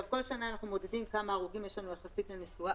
כל שנה אנחנו מודדים כמה הרוגים יש לנו יחסית לנסועה.